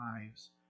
lives